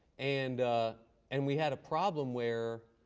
and and we had a problem where